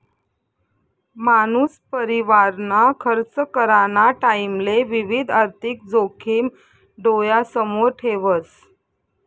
मानूस परिवारना खर्च कराना टाईमले विविध आर्थिक जोखिम डोयासमोर ठेवस